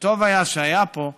שהיה פה,